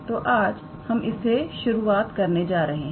तो आज हम इससे शुरुआत करने जा रहे हैं